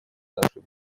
нашей